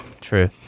true